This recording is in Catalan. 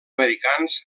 americans